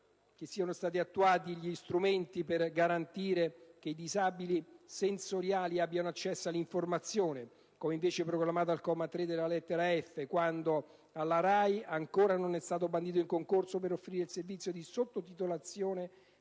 che siano stati attuati gli strumenti per garantire che i disabili sensoriali abbiano accesso all'informazione, come invece proclamato al comma 3 della lettera *f)*, quando alla RAI ancora non è stato bandito il concorso per offrire il servizio di sottotitolazione,